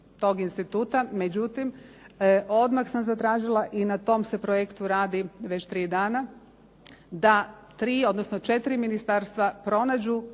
tog instituta, međutim odmah sam zatražila i na tom se projektu radi već 3 dana da 3, odnosno 4 ministarstva pronađu